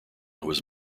was